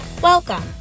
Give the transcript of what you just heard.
Welcome